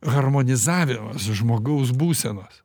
harmonizavimas žmogaus būsenos